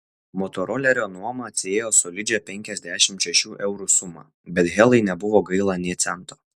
motorolerio nuoma atsiėjo solidžią penkiasdešimt šešių eurų sumą bet helai nebuvo gaila nė cento